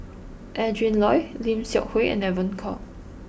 Adrin Loi Lim Seok Hui and Evon Kow